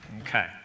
Okay